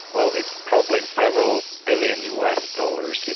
well it's probably several billion us dollars,